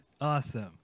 Awesome